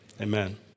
Amen